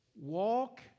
Walk